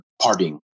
parting